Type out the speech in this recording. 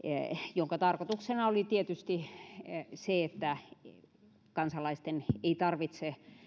jonka tarkoituksena oli tietysti se että kansalaisten ei tarvitse